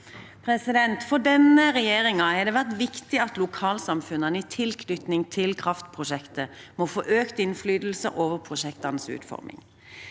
prosjekter. For denne regjeringen har det vært viktig at lokalsamfunnene i tilknytning til kraftprosjekter må få økt innflytelse over prosjektenes utforming.